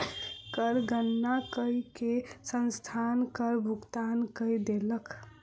कर गणना कय के संस्थान कर भुगतान कय देलक